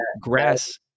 grass